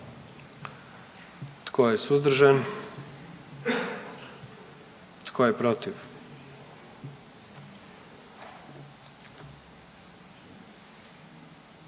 Tko je suzdržan? I tko je protiv?